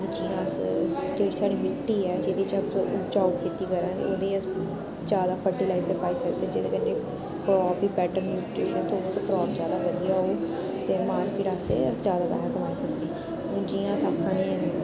जियां अस जेह्ड़ी साढ़ी मिट्टी ऐ जेह्दे च अस उपजाऊ खेती करा दे ओह्दे च अस ज्यादा फर्टिलाइजर पाई सकदे जेह्दे कन्नै क्राप बी बैटर होग क्राप ज्यादा बाधिया होग ते मार्केट जाह्गे अस ज्यादा पैसा कमाई सकने हून जियां अस आखने